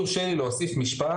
אם יורשה לי להוסיף משפט,